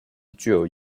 具有